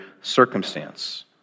circumstance